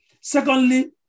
Secondly